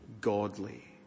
godly